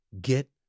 Get